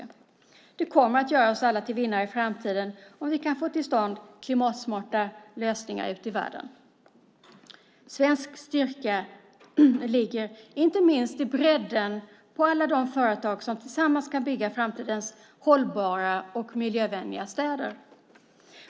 Om vi kan få till stånd klimatsmarta lösningar ute i världen kommer det att göra oss alla till vinnare i framtiden. Svensk styrka ligger inte minst i bredden på alla de företag som tillsammans kan bygga framtidens hållbara och miljövänliga städer.